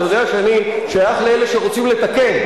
כשאני רואה את החוק הזה,